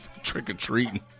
trick-or-treating